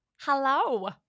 hello